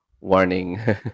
warning